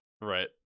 right